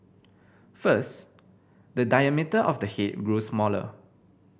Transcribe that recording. first the diameter of the head grew smaller